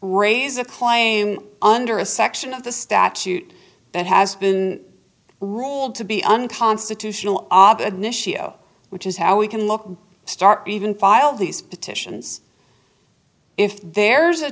raise a claim under a section of the statute that has been ruled to be unconstitutional oben issue which is how we can look start even file these petitions if there's a